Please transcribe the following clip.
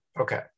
okay